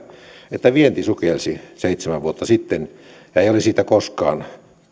että vienti sukelsi seitsemän vuotta sitten eikä ole siitä koskaan noussut